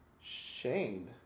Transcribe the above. Shane